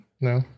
No